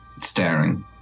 staring